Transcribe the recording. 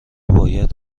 باید